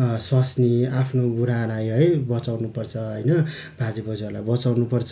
स्वास्नी आफ्नो बुढालाई है बचाउनुपर्छ होइन बाजे बोजूहरूलाई बचाउनुपर्छ